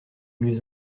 mieux